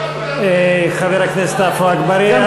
חבר הכנסת עפו אגבאריה,